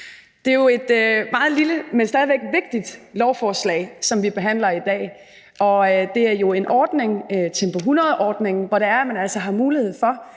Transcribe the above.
Det er jo et meget lille, men stadig væk vigtigt lovforslag, som vi behandler i dag. Det er jo en ordning, Tempo 100-ordningen, hvor man altså har mulighed for